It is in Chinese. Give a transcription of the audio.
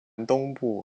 东部